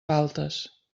faltes